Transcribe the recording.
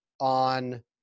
on